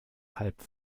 halb